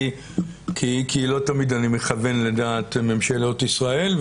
כי לא תמיד אני מכוון לדעת ממשלות ישראל,